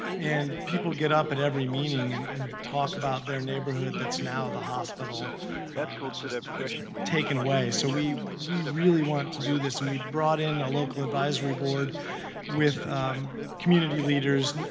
and people get up at every meeting and and talk about their neighborhood that's now the hospital that was that was taken away. so we we really want to do this and we brought in a local advisory board with community leaders,